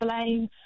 blame